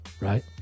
Right